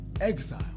exile